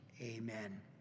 amen